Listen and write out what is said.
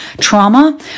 trauma